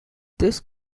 this